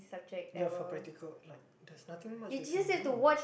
ya for practical like there's nothing much you can do